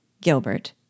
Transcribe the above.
Gilbert